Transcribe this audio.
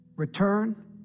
return